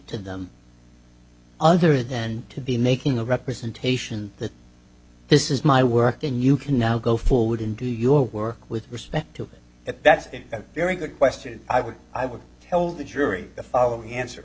to them other than to be making a representation that this is my work and you can now go forward and do your work with respect to that that's a very good question i would i would tell the jury the following answer